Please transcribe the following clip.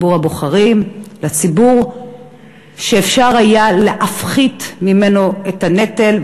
הבוחרים, לציבור שאפשר היה להפחית ממנו את הנטל.